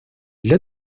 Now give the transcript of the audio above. для